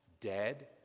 dead